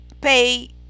pay